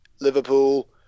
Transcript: Liverpool